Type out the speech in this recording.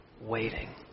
waiting